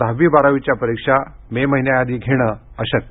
दहावी आणि बारावीच्या परिक्षा मे महिन्याआधी घेणं अशक्य